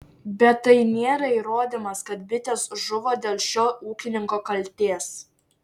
bet tai nėra įrodymas kad bitės žuvo dėl šio ūkininko kaltės